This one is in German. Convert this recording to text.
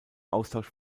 austausch